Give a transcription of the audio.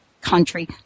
country